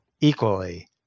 equally